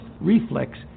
reflex